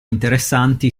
interessanti